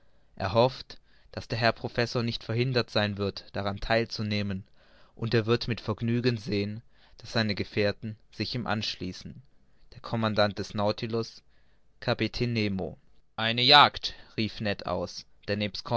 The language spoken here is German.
er hofft daß der herr professor nicht verhindert sein wird daran theil zu nehmen und er wird mit vergnügen sehen daß seine gefährten sich ihm anschließen der commandant des nautilus kapitän nemo eine jagd rief ned aus der